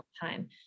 time